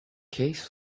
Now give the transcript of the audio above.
case